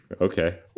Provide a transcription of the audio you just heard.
Okay